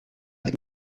avec